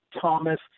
Thomas